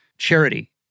Charity